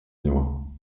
него